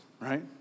right